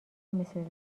مثل